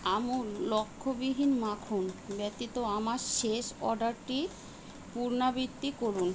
আমূল লক্ষ্যবিহীন মাখন ব্যতীত আমার শেষ অর্ডারটি পুনরাবৃত্তি করুন